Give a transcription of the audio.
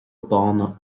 bána